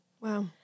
Wow